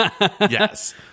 Yes